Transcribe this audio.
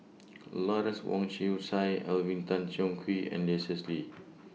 Lawrence Wong Shyun Tsai Alvin Tan Cheong Kheng and Leslie Kee